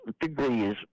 degrees